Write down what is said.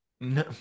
No